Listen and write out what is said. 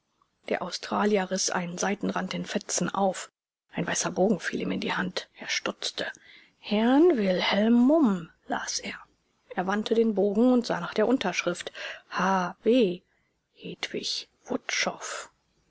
der australier riß einen seitenrand in fetzen auf ein weißer bogen fiel ihm in die hand er stutzte herrn wilhelm mumm las er er wandte den bogen und sah nach der unterschrift